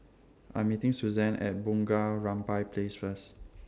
I'm meeting Suzann At Bunga Rampai Place First